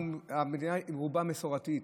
המדינה ברובה מסורתית,